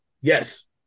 Yes